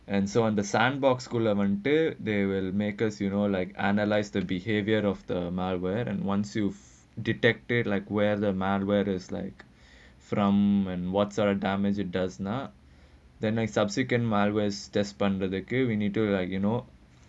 and so on the sandbox go lamented they will make us you know like analyse the behaviour of the malware and once you've detected like where the mend whether is like from and what sort of damage it does not the next subsequent malware disbanded again we need to like you know